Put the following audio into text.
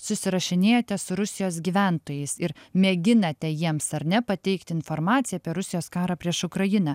susirašinėjate su rusijos gyventojais ir mėginate jiems ar ne pateikti informaciją apie rusijos karą prieš ukrainą